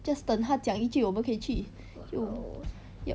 just 等他讲一句我们可以去就 yup